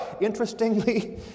Interestingly